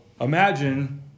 imagine